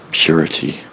purity